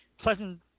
pleasant